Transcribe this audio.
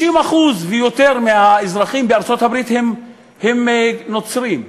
90% ויותר מהאזרחים בארצות-הברית הם נוצרים,